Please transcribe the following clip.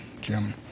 Jim